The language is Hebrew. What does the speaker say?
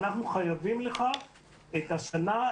אנחנו חייבים לך את השנה,